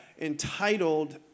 entitled